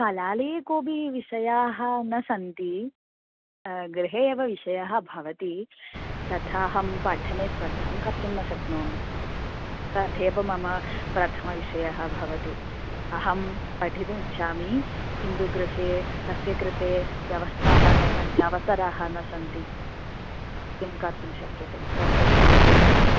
कलालये कोऽपि विषयाः न सन्ति गृहे एव विषयः भवति तथा अहं पठने श्रद्धां कर्तुं न शक्नोमि तथैव मम प्रथमविषयः भवति अहं पठितुम् इच्छामि किन्तु गृहे कस्य कृते व्यवस्थाः न सन्ति अवसराः न सन्ति किं कर्तुं शक्यते तथैव मम विषयः